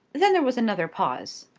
then there was another pause.